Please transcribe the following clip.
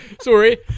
Sorry